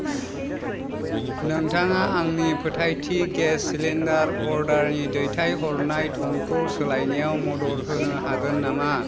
नोंथाङा आंनि फोथायथि गेस सिलिन्डार अर्डार नि दैथाय हरनाय थंखौ सोलायनायाव मदद होनो हागोन नामा